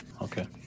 Okay